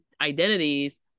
identities